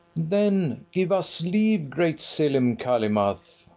then give us leave, great selim calymath.